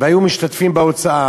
והיו משתתפים בהוצאה.